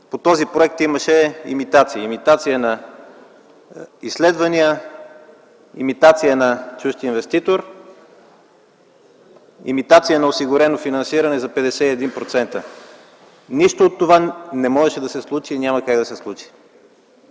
по този проект имаше имитации – имитация на изследвания; имитация на чужд инвеститор; имитация на осигурено финансиране за 51%. Нищо от това не можеше да се случи и няма как да се случи.